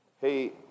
hey